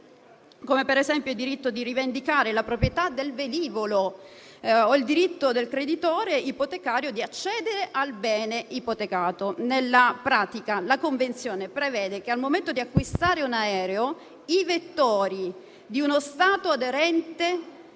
come per esempio il diritto di rivendicare la proprietà del velivolo o il diritto del creditore ipotecario di accedere al bene ipotecato. Nella pratica, la convenzione prevede che, al momento di acquistare un aereo, i vettori di uno Stato aderente